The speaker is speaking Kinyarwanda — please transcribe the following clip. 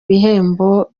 bihembo